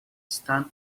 stand